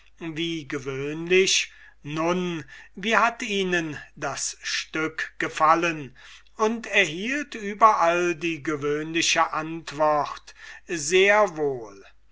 wie gewöhnlich nun wie hat ihnen das stück gefallen und erhielt überall die gewöhnliche antwort einer von